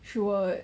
she will